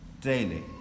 daily